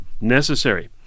necessary